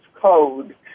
Code